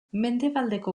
mendebaldeko